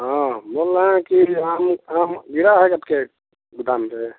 हाँ बोल रहे है कि आम आम गिरा है के गोदाम पर